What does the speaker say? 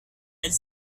elle